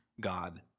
God